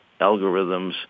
algorithms